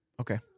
Okay